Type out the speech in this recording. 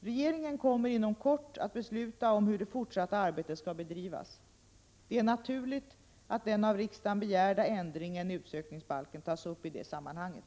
Regeringen kommer inom kort att besluta om hur det fortsatta arbetet skall bedrivas. Det är naturligt att den av riksdagen begärda ändringen i utsökningsbalken tas upp i det sammanhanget.